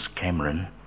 Cameron